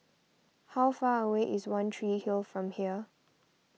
how far away is one Tree Hill from here